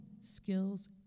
skills